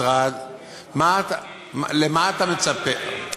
למה אתה מצפה?